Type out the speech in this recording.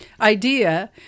idea